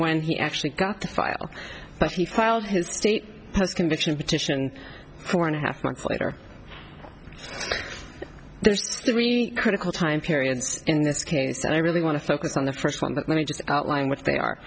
when he actually got the file but he filed his state has conviction petition four and a half months later there's three critical time periods in this case and i really want to focus on the first one but let me just outline what they are